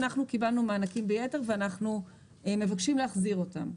קיבלנו מענקים היתר ואנחנו מבקשים להחזיר אותם.